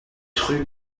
rue